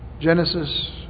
Genesis